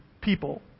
people